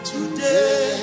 Today